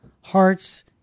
hearts